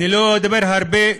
אני לא אדבר הרבה.